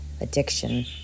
addiction